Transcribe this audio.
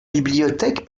bibliothèque